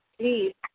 Please